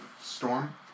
Storm